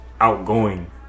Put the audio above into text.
outgoing